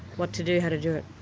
what to do, how to do it.